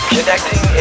Connecting